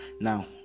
Now